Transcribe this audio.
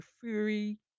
Fury